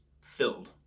filled